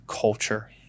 culture